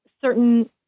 certain